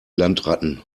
landratten